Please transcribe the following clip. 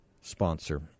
sponsor